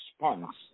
response